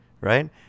right